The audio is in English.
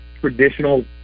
traditional